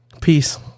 Peace